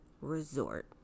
resort